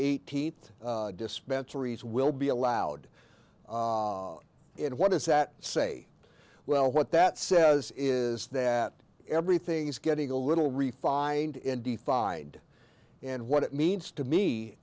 eighteenth dispensaries will be allowed in what does that say well what that says is that everything is getting a little refined in defined and what it means to me